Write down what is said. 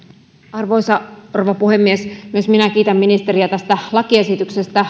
arvoisa rouva puhemies myös minä kiitän ministeriä tästä lakiesityksestä